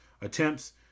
attempts